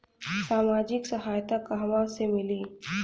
सामाजिक सहायता कहवा से मिली?